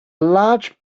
large